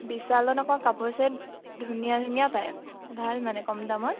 বিশালত আকৌ কাপোৰ চেট ধুনীয়া ধুনীয়া পায় ভাল মানে কম দামত